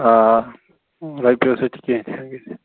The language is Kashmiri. آ رۄپیو سۭتۍ چھِ کیٚنٛہہ تہِ ہٮ۪کان گژھِتھ